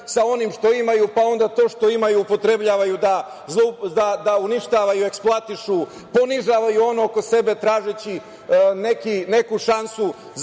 sa onim što imaju, pa onda to što imaju upotrebljavaju da uništavaju i eksploatišu, ponižavaju onog oko sebe, tražeći neku šansu